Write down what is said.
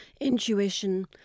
intuition